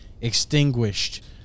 extinguished